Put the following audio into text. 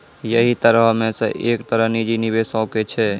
यहि तरहो मे से एक तरह निजी निबेशो के छै